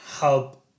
help